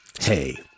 Hey